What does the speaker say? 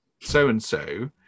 so-and-so